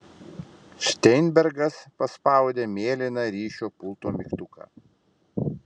šteinbergas paspaudė mėlyną ryšio pulto mygtuką